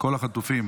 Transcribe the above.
כל החטופים